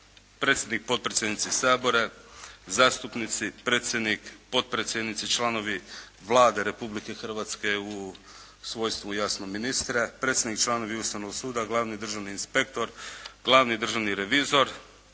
predsjednik i potpredsjednici Sabora, zastupnici, predsjednik, potpredsjednici i članovi Vlade Republike Hrvatske u svojstvu jasno ministra, predsjednik i članovi Ustavnog suda, glavni državni inspektor, glavni državni revizor